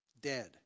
Dead